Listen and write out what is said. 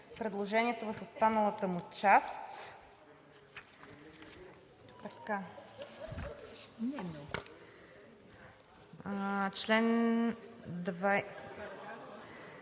предложението в останалата му част.